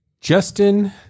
Justin